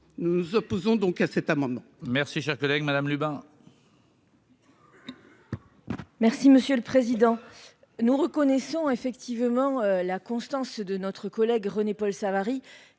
nous nous opposons donc à cet amendement. Merci, cher collègue Madame Lubin. Merci monsieur le président, nous reconnaissons effectivement la constance de notre collègue René-Paul Savary,